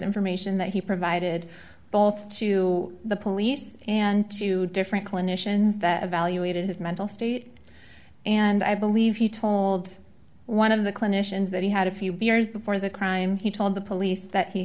information that he provided both to the police and two different clinicians that evaluated his mental state and i believe he told one of the clinicians that he had a few beers before the crime he told the police that he